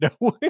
No